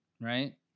right